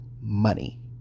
money